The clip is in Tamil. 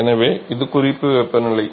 எனவே இது குறிப்பு வெப்பநிலை